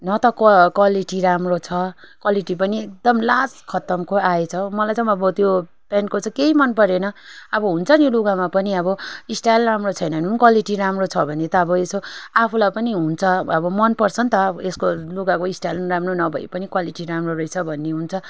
न त क्वा क्वालिटी राम्रो छ क्वालिटी पनि एकदम लास्ट खतमको आएछ हो मलाई चाहिँ अब त्यो प्यान्टको चाहिँ केही मन परेन अब हुन्छ नि लुगामा पनि अब स्टाइल राम्रो छैन भने नि क्वालिटी राम्रो छ भने त यसो आफूलाई पनि हुन्छ अब मन पर्छ अन्त अब यसको लुगाको स्टाइल राम्रो नभए पनि क्वालिटी राम्रो रहेछ भन्ने हुन्छ